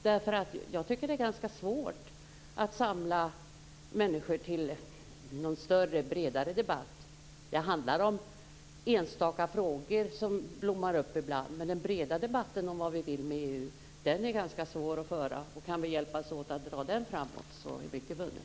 Jag tycker att det är ganska svårt att samla människor till en bredare debatt. Det handlar om enstaka frågor som blommar upp ibland, men den breda debatten om vad vi vill med EU är ganska svår att föra. Kan vi hjälpas åt att dra den framåt är mycket vunnet.